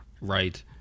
right